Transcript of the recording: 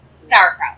sauerkraut